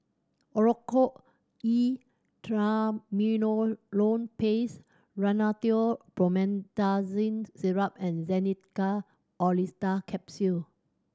Oracort E Triamcinolone Paste Rhinathiol Promethazine Syrup and Xenical Orlistat Capsules